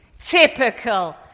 typical